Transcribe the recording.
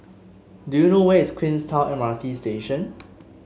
do you know where is Queenstown M R T Station